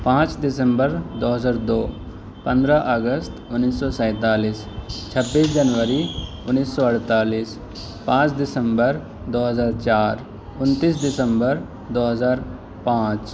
پانچ دسمبر دو ہزار دو پندرہ اگست انیس سو سینتالیس چھبیس جنوری انیس سو اڑتالیس پانچ دسمبر دو ہزار چار انتیس دسمبر دو ہزار پانچ